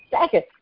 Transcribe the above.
second